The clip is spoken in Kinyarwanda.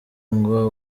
ngo